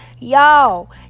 Y'all